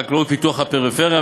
החקלאות ופיתוח הפריפריה,